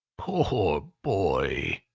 poor boy!